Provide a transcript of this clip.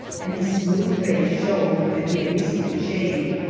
and his smooth face showed that he had recently shaved.